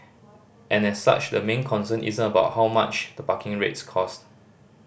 and as such the main concern isn't about how much the parking rates cost